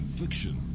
Fiction